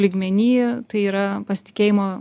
lygmenyj tai yra pasitikėjimo